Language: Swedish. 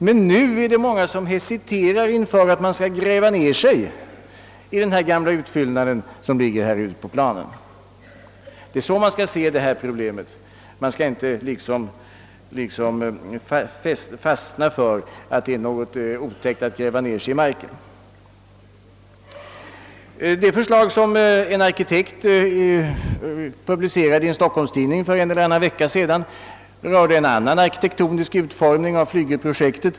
Men nu är det många som hesiterar inför att man skulle gräva ned sig i den gamla utfyllnaden ute på planen, Det är så man skall se detta problem. Man skall inte liksom fastna för att det är något otäckt i att gräva ned sig i marken. Det förslag som en arkitekt publicerade i en stockholmstidning för en eller annan vecka sedan innebar en annan arkitektonisk utformning av flygelprojektet.